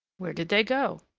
where did they go?